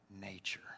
nature